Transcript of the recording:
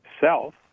Self